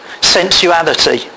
sensuality